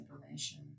information